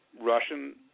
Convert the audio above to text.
Russian